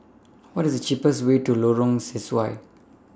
What IS The cheapest Way to Lorong Sesuai